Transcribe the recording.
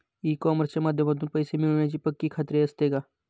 E कॉमर्सच्या माध्यमातून पैसे मिळण्याची पक्की खात्री असते का?